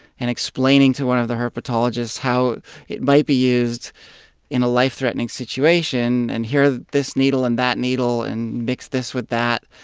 and explaining to one of the herpetologists how it might be used in a life-threatening situation. and here are this needle and that needle, and mix this with that.